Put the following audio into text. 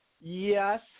Yes